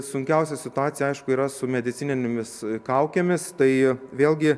sunkiausia situacija aišku yra su medicininėmis kaukėmis tai vėlgi